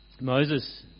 Moses